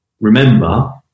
remember